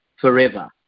forever